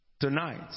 tonight